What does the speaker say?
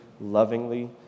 lovingly